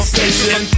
Station